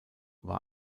war